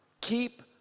keep